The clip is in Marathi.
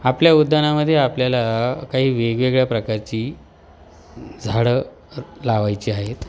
आपल्या उद्यानामध्ये आपल्याला काही वेगवेगळ्या प्रकारची झाडं लावायची आहेत